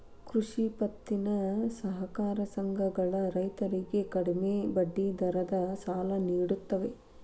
ಕೃಷಿ ಪತ್ತಿನ ಸಹಕಾರ ಸಂಘಗಳ ರೈತರಿಗೆ ಕಡಿಮೆ ಬಡ್ಡಿ ದರದ ಸಾಲ ನಿಡುತ್ತವೆ